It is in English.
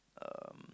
um